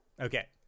Okay